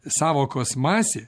sąvokos masė